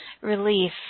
Relief